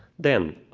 then